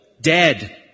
dead